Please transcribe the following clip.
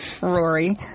Rory